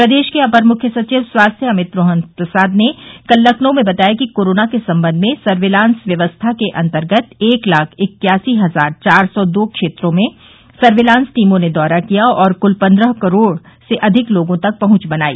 प्रदेश के अपर मुख्य सचिव स्वास्थ्य अमित मोहन प्रसाद ने कल लखनऊ में बताया कि कोरोना के संबंध में सर्विलांस व्यवस्था के अन्तर्गत एक लाख इक्यासी हजार चार सौ दो क्षेत्रों में सर्विलांस टीमों ने दौरा किया और कुल पन्द्रह करोड़ से अधिक लोगों तक पहुंच बनाई